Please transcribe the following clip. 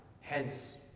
hence